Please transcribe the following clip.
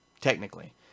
Technically